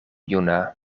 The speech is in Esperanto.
juna